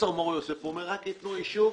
פרופסור מור יוסף והוא אמר שאם רק ייתנו אישור,